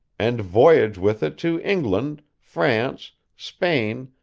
and voyage with it to england, france, spain,